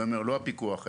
לא הפיקוח,